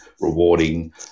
rewarding